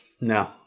No